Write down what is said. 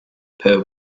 per